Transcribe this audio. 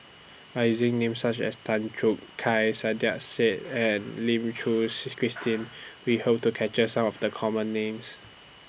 By using Names such as Tan Choo Kai Saiedah Said and Lim Suchen Christine We Hope to capture Some of The Common Names